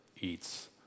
eats